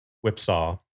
Whipsaw